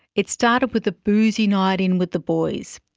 it started with a boozy night in with the boys,